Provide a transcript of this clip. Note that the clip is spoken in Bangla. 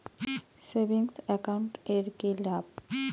সেভিংস একাউন্ট এর কি লাভ?